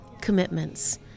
commitments